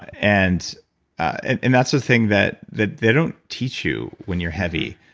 and and and that's the thing that that they don't teach you when you're heavy,